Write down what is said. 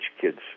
kids